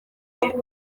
gihe